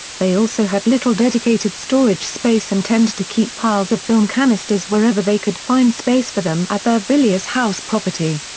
they also had little dedicated storage space and tended to keep piles of film canisters wherever they could find space for them at their villiers house property.